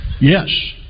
Yes